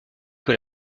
que